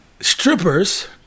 strippers